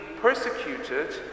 persecuted